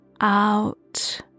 out